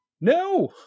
No